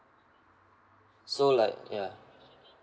so like ya